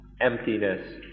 emptiness